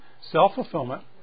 self-fulfillment